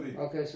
Okay